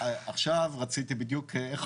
יפה.